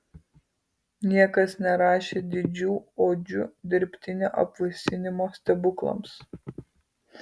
niekas nerašė didžių odžių dirbtinio apvaisinimo stebuklams